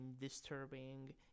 disturbing